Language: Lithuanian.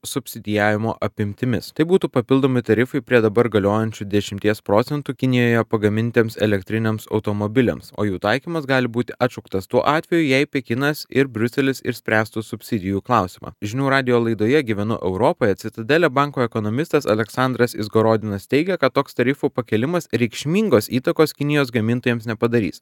subsidijavimo apimtimis tai būtų papildomi tarifai prie dabar galiojančių dešimties procentų kinijoje pagamintiems elektriniams automobiliams o jų taikymas gali būti atšauktas tuo atveju jei pekinas ir briuselis išspręstų subsidijų klausimą žinių radijo laidoje gyvenu europoje citadele banko ekonomistas aleksandras izgorodinas teigia kad toks tarifų pakėlimas reikšmingos įtakos kinijos gamintojams nepadarys